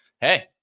hey